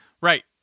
Right